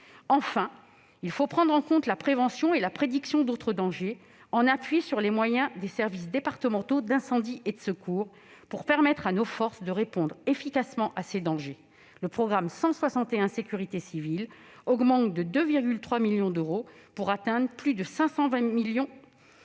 Enfin, il faut prendre en compte la prévention et la prédiction d'autres dangers, en appui sur les moyens des services départementaux d'incendie et de secours. Pour permettre à nos forces de répondre efficacement à ces dangers, le programme 161, « Sécurité civile » augmente de 2,3 millions d'euros, pour atteindre plus de 520 millions d'euros.